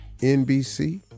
NBC